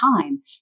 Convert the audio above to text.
time